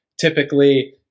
typically